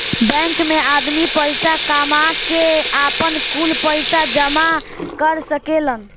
bank मे आदमी पईसा कामा के, आपन, कुल पईसा जामा कर सकेलन